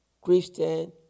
Christian